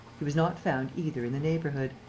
he was not found either in the neighbourhood.